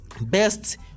Best